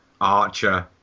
Archer